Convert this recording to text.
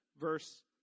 verse